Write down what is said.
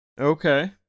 Okay